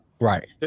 Right